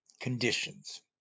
conditions